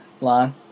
line